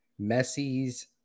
Messi's